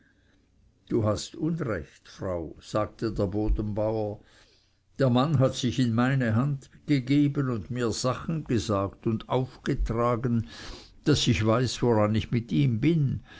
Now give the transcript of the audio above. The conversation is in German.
du hast unrecht frau sagte der bodenbauer der mann hat sich in meine hand gegeben und mir sachen gesagt und aufgetragen daß ich weiß woran ich mit ihm bin